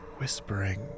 whispering